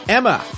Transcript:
Emma